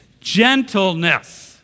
Gentleness